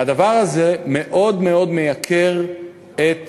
והדבר הזה מאוד מאוד מייקר את